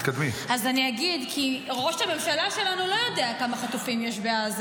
לא, אני שואלת אם אתה יודע כמה חטופים יש בעזה.